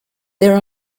there